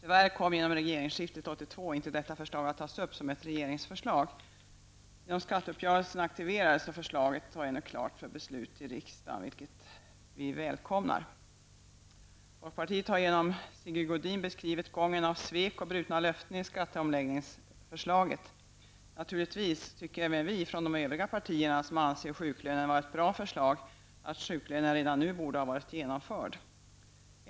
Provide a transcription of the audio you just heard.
Tyvärr kom genom regeringsskiftet 1982 inte detta förslag att tas upp som ett regeringsförslag. Genom skatteuppgörelsen aktiverades så förslaget och är nu klart för beslut i riksdagen, vilket vi välkomnar. Folkpartiet har genom Sigge Godin beskrivit gången av svek och brutna löften i samband med skatteomläggningsförslaget. Naturligtvis tycker även vi från de övriga partierna, som anser sjuklönen vara ett bra förslag, att sjuklönen redan nu borde ha varit genomförd.